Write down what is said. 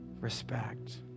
respect